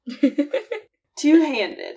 Two-handed